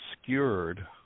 obscured